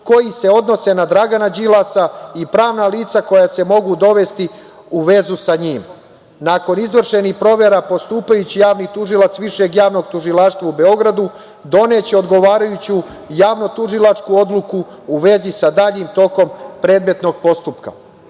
koji se odnose na Dragana Đilasa i pravna lica koja se mogu dovesti u vezu sa njim. Nakon izvršenih provera, postupajući javni tužilac Višeg javnog tužilaštva u Beogradu doneće odgovarajuću javno-tužilačku odluku u vezi sa daljim tokom predmetnog postupka.“Ovo